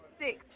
six